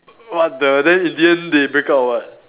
what the then in the end they break up or what